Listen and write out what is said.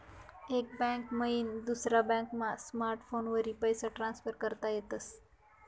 एक बैंक मईन दुसरा बॅकमा स्मार्टफोनवरी पैसा ट्रान्सफर करता येतस